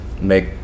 make